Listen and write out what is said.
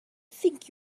think